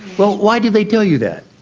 well, why do they tell you that?